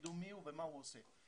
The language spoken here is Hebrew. שיידעו מיהו ומה הוא עושה.